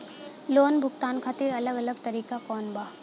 Loan भुगतान खातिर अलग अलग तरीका कौन बा?